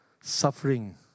suffering